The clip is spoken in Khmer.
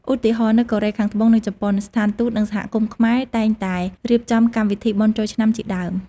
ឧទាហរណ៍ នៅកូរ៉េខាងត្បូង និងជប៉ុន ស្ថានទូត និងសហគមន៍ខ្មែរតែងតែរៀបចំកម្មវិធីបុណ្យចូលឆ្នាំ ជាដើម ។